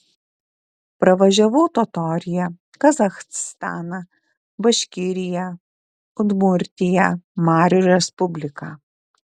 pravažiavau totoriją kazachstaną baškiriją udmurtiją marių respubliką